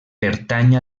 pertany